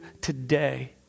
today